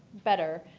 better.